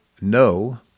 no